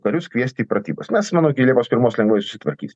karius kviesti į pratybas mes manau iki liepos pirmos lengvai susitvarkysim